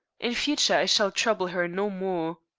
in future i shall trouble her no more.